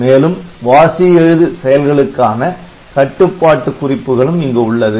மேலும் வாசி எழுது செயல்களுக்கான கட்டுப்பாட்டு குறிப்புகளும் இங்கு உள்ளது